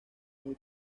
muy